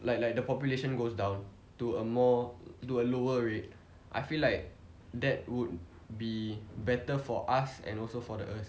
like like the population goes down to a more to a lower rate I feel like that would be better for us and also for the earth